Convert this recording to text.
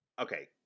Okay